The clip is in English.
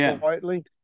quietly